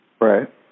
Right